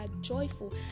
joyful